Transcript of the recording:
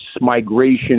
migration